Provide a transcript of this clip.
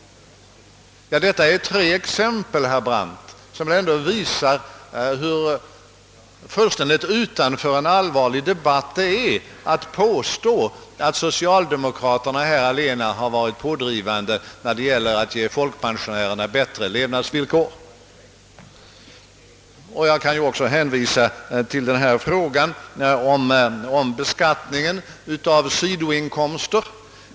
Detta är tre exempel, herr Brandt, som visar hur fullständigt orealistiskt det är att i en allvarlig debatt påstå att socialdemokraterna allena har varit pådrivande när det gällt att förbättra folkpensionärernas levnadsvillkor. Jag kan också hänvisa till frågan om beskattning av sidoinkomster.